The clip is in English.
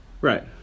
Right